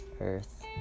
earth